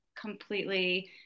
completely